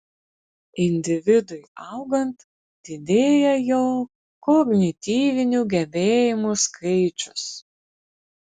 individui augant didėja jo kognityvinių gebėjimų skaičius